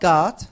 God